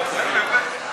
מהמרפסת.